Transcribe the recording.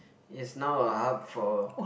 is now a hub for